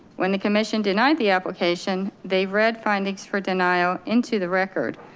when the commission denied the application, they've read findings for denial into the record.